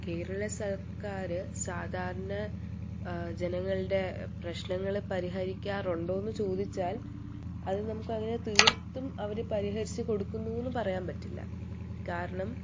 കേരളസർക്കാർ സാധാരണ ജനങ്ങളുടെ പ്രശ്നങ്ങൾ പരിഹരിക്കാറുണ്ടോയെന്നു ചോദിച്ചാൽ അത് നമ്മുക്കങ്ങനെ തീർത്തും അവർ പരിഹരിച്ചു കൊടുക്കുന്നു എന്നു പറയാൻ പറ്റില്ല കാരണം